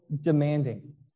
demanding